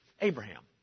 Abraham